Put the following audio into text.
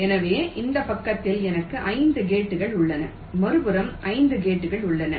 எனவே இந்த பக்கத்தில் எனக்கு 5 கேட்கள் உள்ளன மறுபுறம் 5 கேட்கள் உள்ளன